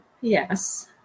Yes